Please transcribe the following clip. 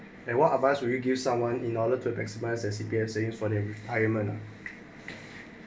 and what advice would you give someone in order to maximize their C_P_F savings for retirement